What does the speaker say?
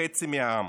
חצי מהעם?